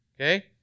Okay